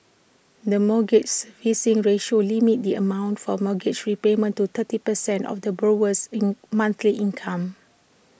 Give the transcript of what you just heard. the mortgage servicing ratio limits the amount for mortgage repayments to thirty percent of the borrower's in monthly income